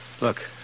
Look